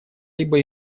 либо